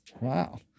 Wow